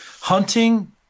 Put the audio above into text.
Hunting